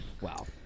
Wow